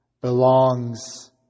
belongs